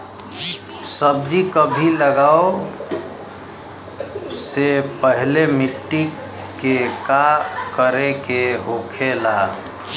सब्जी कभी लगाओ से पहले मिट्टी के का करे के होखे ला?